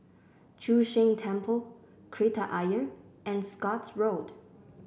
Chu Sheng Temple Kreta Ayer and Scotts Road